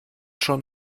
schon